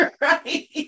right